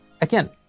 again